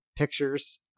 pictures